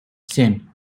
семь